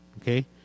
Okay